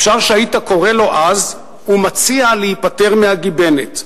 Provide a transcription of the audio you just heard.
אפשר שהיית קורא לו אז ומציע להיפטר מהגיבנת,